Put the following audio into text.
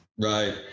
Right